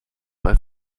weil